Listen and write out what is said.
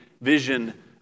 vision